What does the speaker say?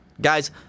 Guys